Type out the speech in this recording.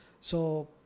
So-